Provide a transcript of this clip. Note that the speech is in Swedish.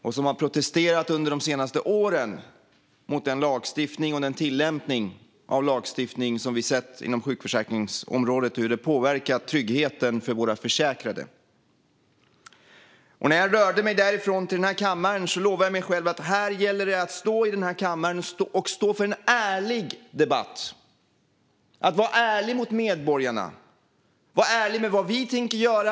De har under de senaste åren protesterat mot den lagstiftning och den tillämpning av lagstiftning som vi sett inom sjukförsäkringsområdet och hur det påverkar tryggheten för våra försäkrade. När jag gick därifrån till den här kammaren lovade jag mig själv: Här gäller det att i kammaren stå för en ärlig debatt. Det gäller att vara ärlig mot medborgarna. Vi ska vara ärliga med vad vi tänker göra.